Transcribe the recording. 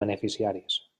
beneficiaris